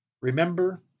Remember